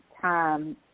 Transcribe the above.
time